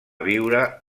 viure